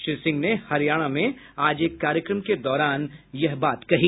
श्री सिंह ने हरियाणा में आज एक कार्यक्रम के दौरान यह बात कही